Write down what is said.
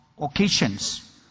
occasions